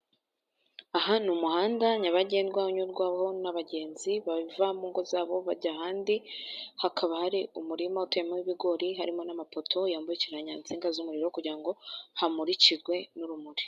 Aha ni umuhanda nyabagendwa unyurwaho n'abagenzi bava mu ngo zabo bajya ahandi, hakaba hari umurima utuyemo ibigori, harimo n'amapoto yambukiranya insinga z'umuriro kugirango hamurikirwe n'urumuri.